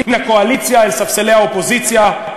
מן הקואליציה אל ספסלי האופוזיציה,